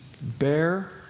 bear